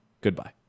Goodbye